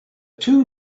two